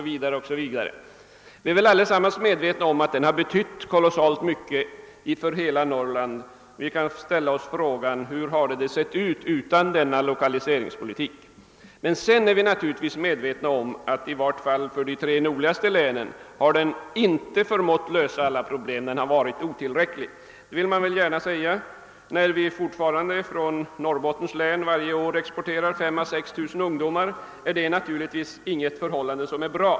Vi är väl alla medvetna om att den har betytt mycket för hela Norrland — vi kan ställa oss frågan hur det skulle ha sett ut utan denna lokaliseringspolitik. Men vi vet också att lokaliseringspolitiken i varje fall inte för de tre nordligaste länen har förmått lösa alla problem. Det förhållandet att Norrbottens län fortfarande varje år exporterar 5 000— 6 000 ungdomar är inte bra.